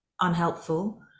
unhelpful